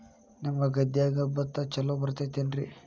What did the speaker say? ನಿಮ್ಮ ಗದ್ಯಾಗ ಭತ್ತ ಛಲೋ ಬರ್ತೇತೇನ್ರಿ?